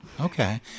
Okay